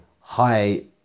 high